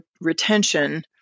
retention